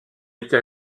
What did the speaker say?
été